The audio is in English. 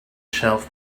shelf